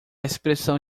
expressão